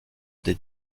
des